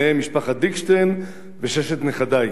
ביניהן משפחת דיקשטיין וששת נכדי: